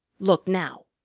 look now!